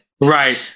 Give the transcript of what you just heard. Right